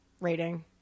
rating